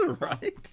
Right